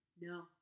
No